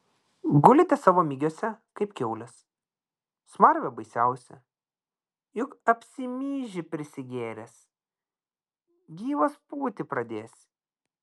gulite savo migiuose kaip kiaulės smarvė baisiausia juk apsimyži prisigėręs gyvas pūti pradėsi